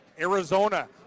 Arizona